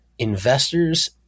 Investors